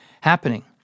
happening